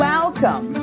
Welcome